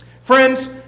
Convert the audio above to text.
Friends